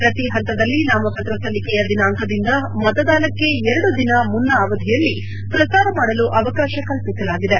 ಪ್ರತಿ ಹಂತದಲ್ಲಿ ನಾಮಪತ್ರ ಸಲ್ಲಿಕೆಯ ದಿನಾಂಕದಿಂದ ಮತದಾನಕ್ಕೆ ಎರಡು ದಿನ ಮುನ್ನ ಅವಧಿಯಲ್ಲಿ ಪ್ರಸಾರ ಮಾಡಲು ಅವಕಾಶ ಕಲ್ವಿಸಲಾಗಿದೆ